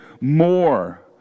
more